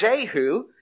Jehu